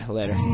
Later